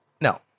No